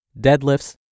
deadlifts